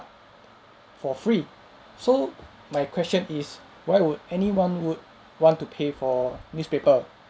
for free so my question is why would anyone would want to pay for newspaper